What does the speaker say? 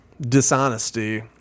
dishonesty